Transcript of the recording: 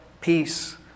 peace